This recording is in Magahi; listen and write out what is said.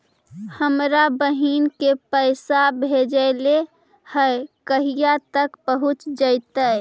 हमरा बहिन के पैसा भेजेलियै है कहिया तक पहुँच जैतै?